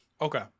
Okay